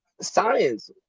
Science